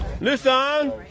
Listen